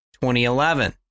2011